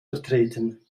vertreten